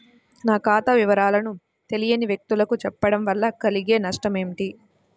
నా ఖాతా వివరాలను తెలియని వ్యక్తులకు చెప్పడం వల్ల కలిగే నష్టమేంటి?